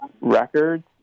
records